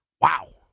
Wow